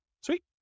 Sweet